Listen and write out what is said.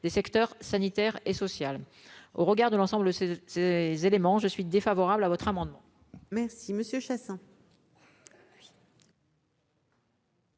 des secteurs sanitaires et sociales, au regard de l'ensemble ces ces éléments, je suis défavorable à votre amendement. Merci Monsieur Chassaing.